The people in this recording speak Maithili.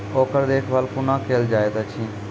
ओकर देखभाल कुना केल जायत अछि?